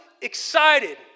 excited